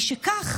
משכך,